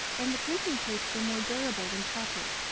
and the printing plates were more durable than copper.